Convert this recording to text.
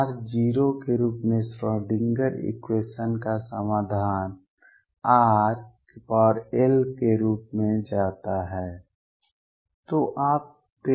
r → 0 के रूप में श्रोडिंगर इक्वेशन का समाधान rl के रूप में जाता है